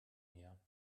her